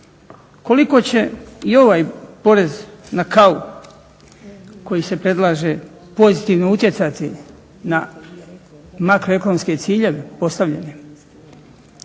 Koliko će i ovaj porez na kavu koji se predlaže pozitivno utjecati na makroekonomske ciljeve postavljene